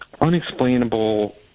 unexplainable